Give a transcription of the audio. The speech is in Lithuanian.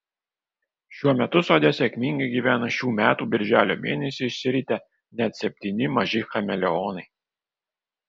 šiuo metu sode sėkmingai gyvena šių metų birželio mėnesį išsiritę net septyni maži chameleonai